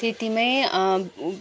त्यतिमै